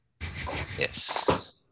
yes